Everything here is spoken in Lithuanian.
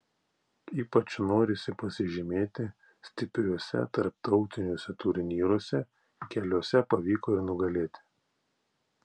ypač norisi pasižymėti stipriuose tarptautiniuose turnyruose keliuose pavyko ir nugalėti